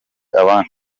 abandi